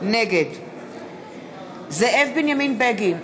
נגד זאב בנימין בגין,